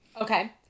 Okay